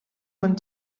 want